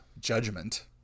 judgment